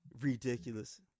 Ridiculous